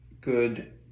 good